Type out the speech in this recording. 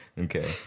okay